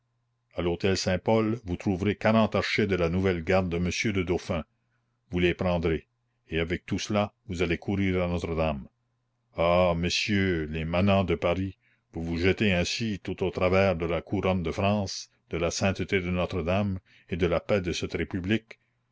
à l'hôtel saint-pol vous trouverez quarante archers de la nouvelle garde de monsieur le dauphin vous les prendrez et avec tout cela vous allez courir à notre-dame ah messieurs les manants de paris vous vous jetez ainsi tout au travers de la couronne de france de la sainteté de notre-dame et de la paix de cette république